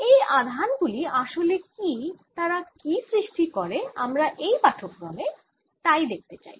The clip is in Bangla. এই আধান গুলি আসলে কি তারা কি সৃষ্টি করে আমরা এই পাঠক্রমে আসলে তাই দেখতে চাই